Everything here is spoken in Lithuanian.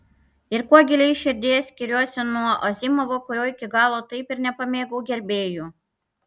ir kuo giliai širdyje skiriuosi nuo azimovo kurio iki galo taip ir nepamėgau gerbėjų